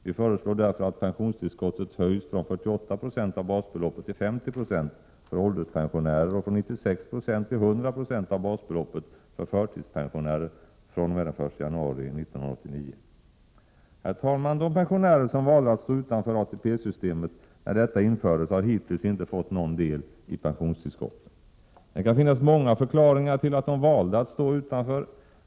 Vi föreslår därför att pensionstillskottet höjs från 48 96 av basbeloppet till 50 26 för ålderspensionärer och från 96 96 till 100 96 av basbeloppet för förtidspensionärer fr.o.m. den 1 januari 1989. Herr talman! De pensionärer som valde att stå utanför ATP-systemet när detta infördes har hitintills inte fått någon del i pensionstillskotten. Det kan finnas många förklaringar till att de valde att stå utanför.